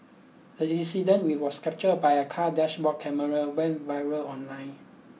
the incident which was captured by a car's dashboard camera went viral online